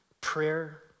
prayer